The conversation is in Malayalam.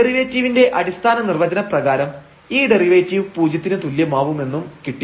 ഡെറിവേറ്റിവിന്റെ അടിസ്ഥാന നിർവചനം പ്രകാരം ഈ ഡെറിവേറ്റീവ് പൂജ്യത്തിന് തുല്യമാവും എന്നും കിട്ടി